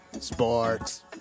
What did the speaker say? Sports